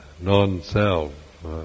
non-self